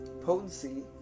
potency